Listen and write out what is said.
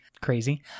crazy